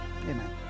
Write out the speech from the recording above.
Amen